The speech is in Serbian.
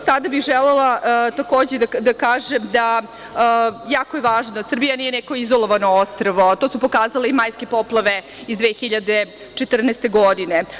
Sada bih želela, takođe, da kažem da je jako važno da Srbija nije neko izolovano ostrvo, a to su pokazale i majske poplave iz 2014. godine.